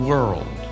World